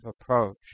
approach